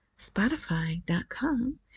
spotify.com